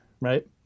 right